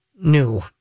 new